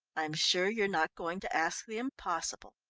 i'm sure you're not going to ask the impossible.